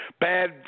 bad